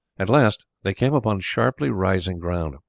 at last they came upon sharply rising ground.